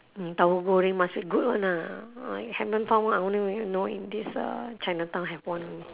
mm tauhu-goreng must be good [one] lah ah haven't found one I only know in this chinatown have one